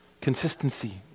Consistency